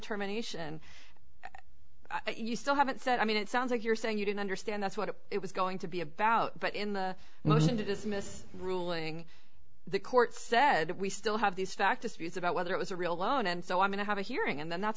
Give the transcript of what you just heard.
terminate and you still haven't said i mean it sounds like you're saying you don't understand that's what it was going to be about but in the motion to dismiss ruling the court said we still have these factors views about whether it was a real loan and so i'm going to have a hearing and then that's